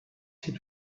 hit